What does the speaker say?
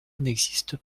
n’existe